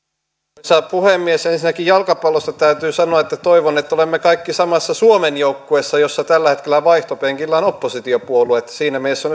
arvoisa puhemies ensinnäkin jalkapallosta täytyy sanoa että toivon että olemme kaikki samassa suomen joukkueessa jossa tällä hetkellä vaihtopenkillä ovat oppositiopuolueet siinä mielessä